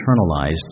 internalized